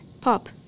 Pop